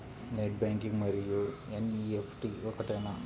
Net banking మరియు NEFT ఒకటేనా?